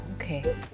okay